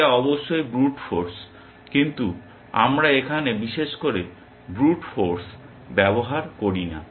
এটা অবশ্যই brute force কিন্তু আমরা এখানে বিশেষ করে ব্রুট ফোর্স ব্যবহার করি না